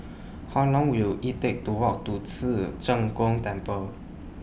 How Long Will IT Take to Walk to Ci Zheng Gong Temple